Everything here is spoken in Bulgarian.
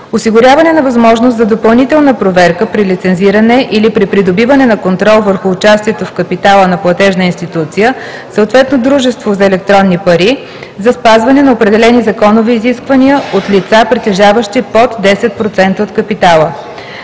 осигуряване на възможност за допълнителна проверка при лицензиране или при придобиване на контрол върху участието в капитала на платежна институция, съответно дружество за електронни пари, за спазване на определени законови изисквания от лица, притежаващи под 10% от капитала;